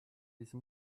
diese